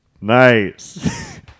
Nice